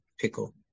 pickle